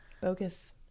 Bogus